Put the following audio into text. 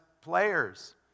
players